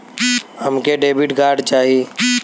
हमके debit card चाही?